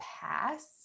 pass